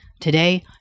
Today